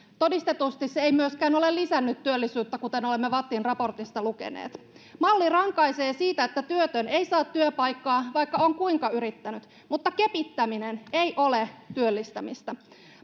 todistetusti se ei myöskään ole lisännyt työllisyyttä kuten olemme vattin raportista lukeneet malli rankaisee siitä että työtön ei saa työpaikkaa vaikka on kuinka yrittänyt mutta kepittäminen ei ole työllistämistä